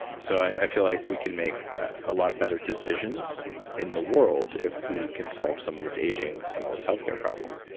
so i feel like we can make a lot better decisions in the world if we can solve some of this aging, some of this healthcare problem.